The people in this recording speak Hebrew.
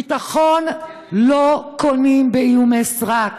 ביטחון לא קונים באיומי סרק,